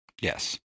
Yes